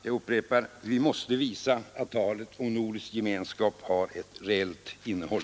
Jag upprepar: Vi måste visa att talet om nordisk gemenskap har ett reellt innehåll.